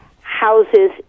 houses